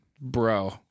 bro